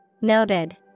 Noted